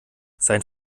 sein